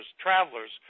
travelers